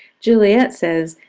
juliet says,